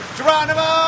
Geronimo